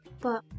But-